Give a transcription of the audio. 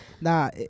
Nah